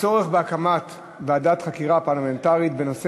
הצורך בהקמת ועדת חקירה פרלמנטרית בנושא